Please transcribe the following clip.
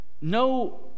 no